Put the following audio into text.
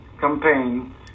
campaign